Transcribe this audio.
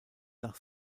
nach